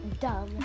dumb